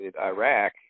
Iraq